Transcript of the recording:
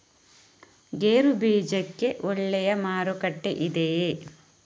ಗೇರು ಬೀಜಕ್ಕೆ ಒಳ್ಳೆಯ ಮಾರುಕಟ್ಟೆ ಇದೆಯೇ?